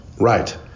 Right